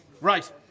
Right